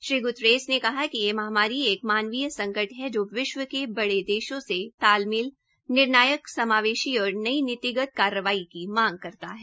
Shri Guterres ने कहा कि यह महामारी एक मानवीय संकट है जो विश्व के बड़े देशों से तालमेल निर्णायक समावेशी और नई नीतिगत कार्रवाई की मांग करता है